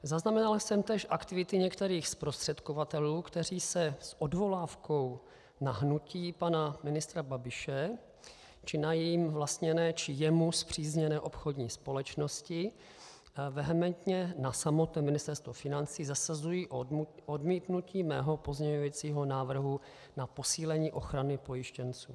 Zaznamenal jsem též aktivity některých zprostředkovatelů, kteří se s odvolávkou na hnutí pana ministra Babiše či na jím vlastněné či jemu spřízněné obchodní společnosti vehementně na samotném Ministerstvu financí zasazují o odmítnutí mého pozměňovacího návrhu na posílení ochrany pojištěnců.